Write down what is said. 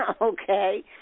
Okay